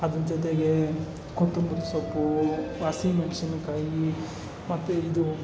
ಅದ್ರ ಜೊತೆಗೆ ಕೊತ್ತಂಬರಿ ಸೊಪ್ಪು ಹಸಿಮೆಣಸಿನ ಕಾಯಿ ಮತ್ತೆ ಇದು